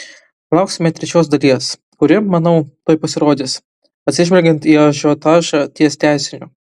lauksime trečios dalies kuri manau tuoj pasirodys atsižvelgiant į ažiotažą ties tęsiniu